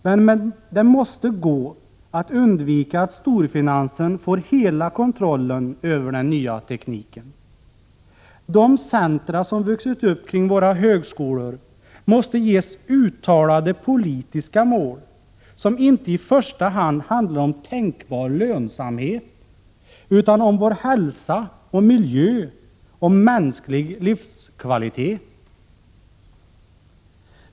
Men det måste gå att undvika att storfinansen får hela kontrollen över den nya tekniken. De centra som vuxit upp kring våra högskolor måste ges uttalade politiska mål som inte i första hand handlar om tänkbar lönsamhet utan om vår hälsa och miljö, om mänsklig livskvalitet.